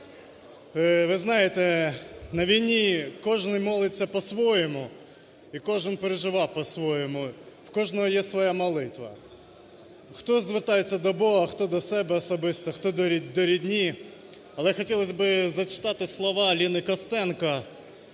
Ви знаєте, на війні кожен молиться по-своєму і кожен переживає по-своєму. В кожного є своя молитва: хто звертається до Бога, хто до себе особисто, хто до рідні. Але хотілось би зачитати слова Ліни Костенко,